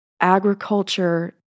agriculture